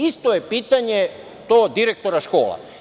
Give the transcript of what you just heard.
Isto je pitanje direktora škola.